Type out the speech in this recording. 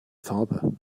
farbe